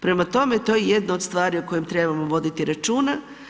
Prema tome, to je jedno od stvari o kojem trebamo voditi računa.